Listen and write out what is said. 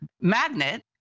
magnet